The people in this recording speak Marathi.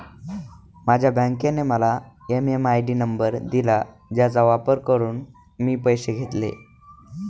माझ्या बँकेने मला एम.एम.आय.डी नंबर दिला ज्याचा वापर करून मी पैसे घेतले